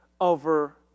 over